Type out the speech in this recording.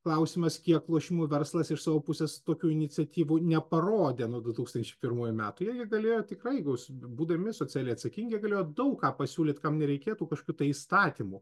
klausimas kiek lošimų verslas iš savo pusės tokių iniciatyvų neparodė nuo du tūkstančiai pirmųjų metų jie jie galėjo tikrai gaus būdami socialiai atsakingi galėjo daug ką pasiūlyt kam nereikėtų kažkokių tai įstatymų